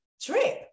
trip